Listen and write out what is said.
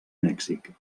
mèxic